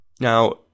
Now